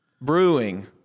brewing